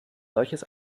solches